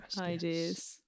ideas